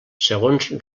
segons